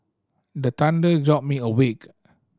the thunder jolt me awake